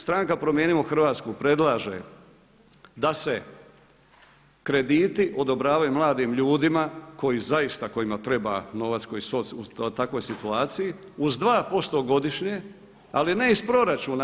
Stranka „Promijenimo Hrvatsku“ predlaže da se krediti odobravaju mladim ljudima koji zaista, kojima treba novac koji su u takvoj situaciji uz 2% godišnje, ali ne iz proračuna.